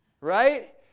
right